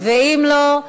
ואם לא,